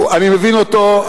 אני מבין אותו,